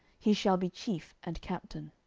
he shall be chief and captain.